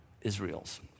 Israel's